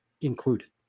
included